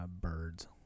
birds